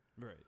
Right